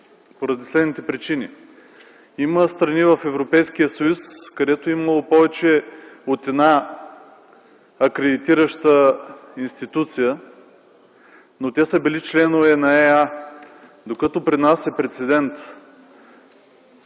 поради следните причини. Има страни в Европейския съюз, където е имало повече от една акредитираща институция, но те са били членове на ЕА, докато при нас е прецедент